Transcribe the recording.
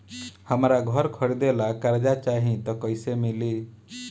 हमरा घर खरीदे ला कर्जा चाही त कैसे मिली?